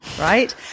right